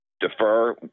defer